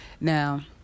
now